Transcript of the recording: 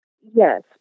Yes